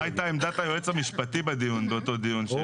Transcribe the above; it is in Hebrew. מה הייתה עמדת היועץ המשפטי באותו דיון?